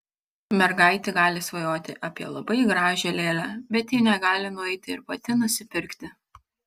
mergaitė gali svajoti apie labai gražią lėlę bet ji negali nueiti ir pati nusipirkti